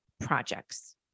projects